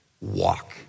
walk